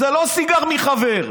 זה לא סיגר מחבר,